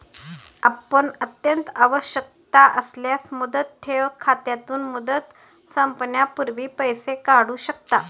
आपण अत्यंत आवश्यकता असल्यास मुदत ठेव खात्यातून, मुदत संपण्यापूर्वी पैसे काढू शकता